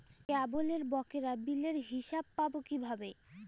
কেবলের বকেয়া বিলের হিসাব পাব কিভাবে?